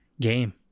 game